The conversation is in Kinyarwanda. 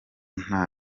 nta